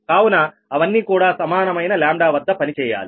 కావున అవన్నీ కూడా సమానమైన λవద్ద పని చేయాలి